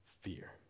fear